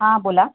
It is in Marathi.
हां बोला